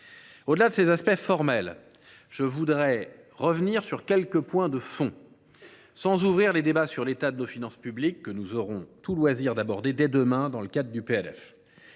Au delà de ces aspects formels, je voudrais revenir sur quelques points de fond sans ouvrir les débats sur l’état de nos finances publiques, que nous aurons tout loisir d’aborder dès demain dans le cadre de